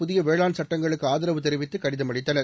புதிய வேளாண் சட்டங்களுக்கு ஆதரவு தெரிவித்து கடிதம் அளித்தனர்